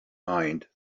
mind